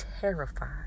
terrified